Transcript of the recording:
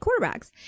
quarterbacks